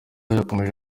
yakomeje